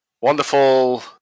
wonderful